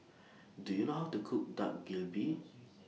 Do YOU know How to Cook Dak Galbi